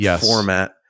format